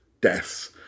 deaths